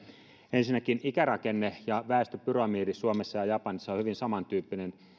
ensinnäkin ikärakenne ja väestöpyramidi suomessa ja japanissa on hyvin samantyyppinen me